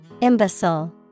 Imbecile